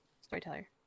Storyteller